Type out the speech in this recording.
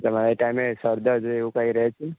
તમારે એ ટાઇમ એ સરદર્દ એવુ કંઈ રહે છે